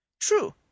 True